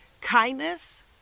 kindness